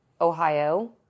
Ohio